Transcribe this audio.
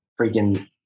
freaking